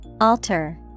Alter